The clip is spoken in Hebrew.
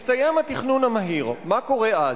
הסתיים התכנון המהיר, מה קורה אז?